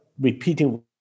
repeating